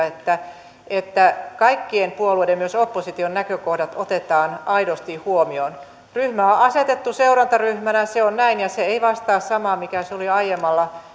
että että kaikkien puolueiden myös opposition näkökohdat otetaan aidosti huomioon ryhmä on asetettu seurantaryhmänä se on näin ja se ei vastaa samaa mikä se oli aiemmalla